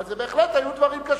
אבל זה בהחלט, היו דברים קשים.